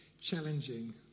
challenging